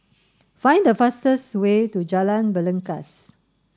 find the fastest way to Jalan Belangkas